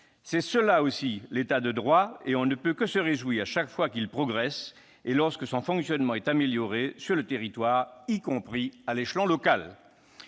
C'est cela aussi, l'État de droit, et l'on ne peut que se réjouir chaque fois qu'il progresse et lorsque son fonctionnement est amélioré sur le territoire, y compris à l'échelon local.